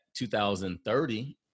2030